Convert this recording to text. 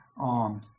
on